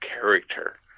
character